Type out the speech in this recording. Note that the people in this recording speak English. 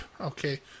Okay